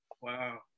wow